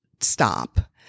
stop